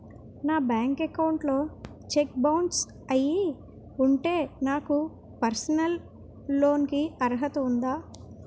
నా bank account లో cheque bounce అయ్యి ఉంటే నాకు పర్సనల్ లోన్ కీ అర్హత ఉందా?